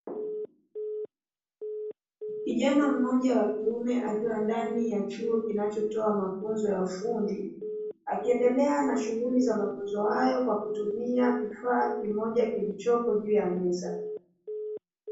Kijana mmoja wa kiume akiwa ndani ya chuo kinachotoa mafunzo ya ufundi, akiendelea na shughuli za mafunzo hayo kwa kutumia kifaa kimoja kilichopo juu ya meza.